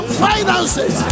finances